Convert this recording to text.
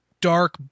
dark